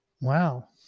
Wow